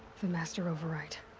the master override.